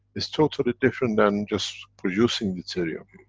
it's totally different than just producing deuterium.